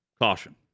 caution